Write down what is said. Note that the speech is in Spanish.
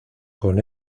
con